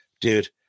Dude